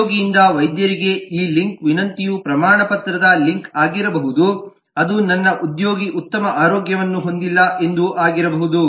ಉದ್ಯೋಗಿಯಿಂದ ವೈದ್ಯರಿಗೆ ಈ ಲಿಂಕ್ ವಿನಂತಿಯು ಪ್ರಮಾಣಪತ್ರದ ಲಿಂಕ್ ಆಗಿರಬಹುದು ಅದು ನನ್ನ ಉದ್ಯೋಗಿ ಉತ್ತಮ ಆರೋಗ್ಯವನ್ನು ಹೊಂದಿಲ್ಲ ಎಂದು ಆಗಿರಬಹುದು